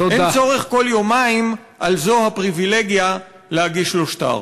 אין צורך כל יומיים / על זו הפריבילגיה להגיש לו שטר".